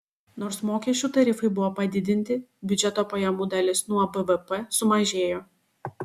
nors mokesčių tarifai buvo padidinti biudžeto pajamų dalis nuo bvp sumažėjo